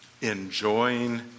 enjoying